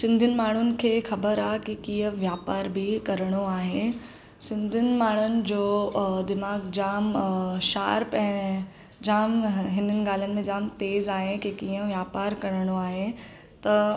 सिंधियुनि माण्हुनि खे ख़बर आहे की कीअं वापार बि करिणो आहे सिंधियुनि माण्हुनि जो दिमाग़ु जाम शार्प ऐं जाम हिननि ॻाल्हायुनि में जाम तेज़ु आहे की कीअं वापारु करिणो आहे त